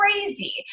crazy